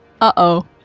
uh-oh